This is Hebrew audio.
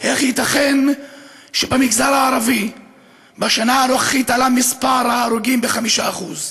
איך ייתכן שבמגזר הערבי בשנה הנוכחית עלה מספר ההרוגים ב-5%?